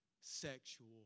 sexual